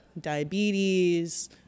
diabetes